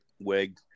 wig